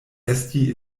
esti